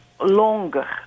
longer